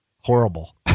horrible